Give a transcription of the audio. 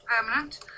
permanent